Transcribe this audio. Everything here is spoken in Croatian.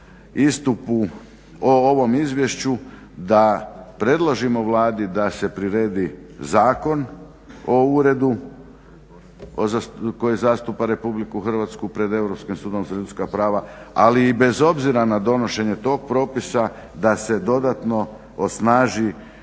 istupu o ovom izvješću da predložimo Vladi da se priredi Zakon o uredu koji zastupa RH pred Europskim sudom za ljudska prava, ali i bez obzira na donošenje tog propisa da se dodatno osnaži